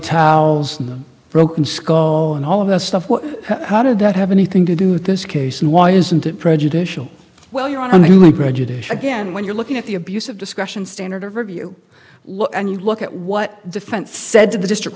towels and the broken skull and all of that stuff what how did that have anything to do with this case and why isn't it prejudicial well you're on the newly graduated again when you're looking at the abuse of discretion standard of review and you look at what the defense said to the district